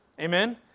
Amen